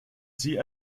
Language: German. sie